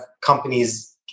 companies